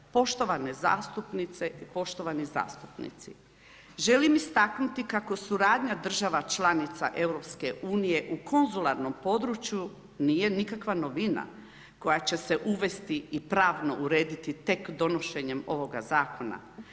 Poštovane zastupnice i poštovani zastupnici, želim istaknuti kako suradnja država članica EU u konzularnom području nije nikakva novina koja će se uvesti i pravno urediti tek donošenjem ovoga zakona.